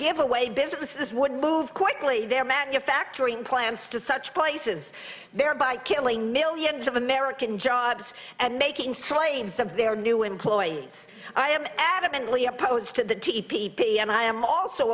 giveaway businesses would move quickly their manufacturing plants to such places thereby killing millions of american jobs and making slaves of their new employees i am adamantly opposed to the t p be and i am also